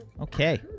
Okay